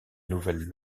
nouvelles